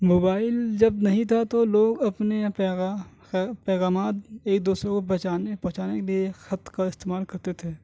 mobile جب نہیں تھا تو لوگ اپنے پیغا پیغامات ایک دوسرے کو پہنچانے پہنچانے کے لیے خط کا استعمال کرتے تھے